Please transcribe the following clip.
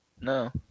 No